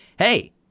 Hey